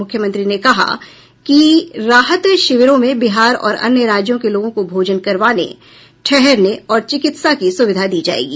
मुख्यमंत्री ने कहा कि इन राहत शिविरों में बिहार और अन्य राज्यों के लोगों को भोजन करवाने ठहरने और चिकित्सा की सुविधा दी जायेगी